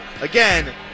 Again